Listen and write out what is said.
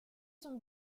son